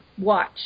watch